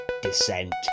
Descent